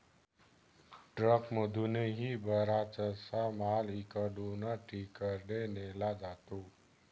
ट्रकमधूनही बराचसा माल इकडून तिकडे नेला जातो